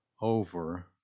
over